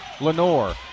Lenore